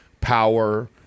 power